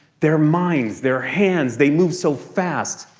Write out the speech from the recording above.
their minds, their hands. they move so fast.